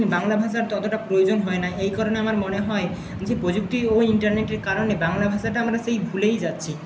বাংলা ভাষার ততটা প্রয়োজন হয় না এই কারণে আমার মনে হয় যে প্রযুক্তি ও ইন্টারনেটের কারণে বাংলা ভাষাটা আমরা সেই ভুলেই যাচ্ছি